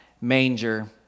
manger